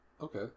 okay